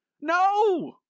no